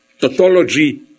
tautology